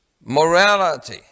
Morality